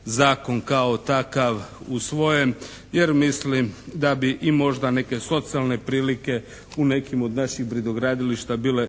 zakon kao takav usvojen jer mislim da bi i možda neke socijalne prilike u nekim od naših brodogradilišta bile